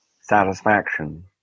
satisfaction